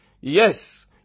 Yes